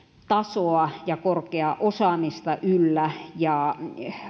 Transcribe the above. tasoa ja korkeaa osaamista yllä ja